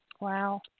Wow